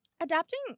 adapting